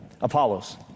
Apollos